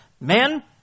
men